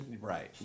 right